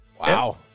Wow